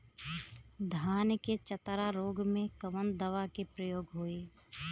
धान के चतरा रोग में कवन दवा के प्रयोग होई?